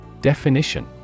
Definition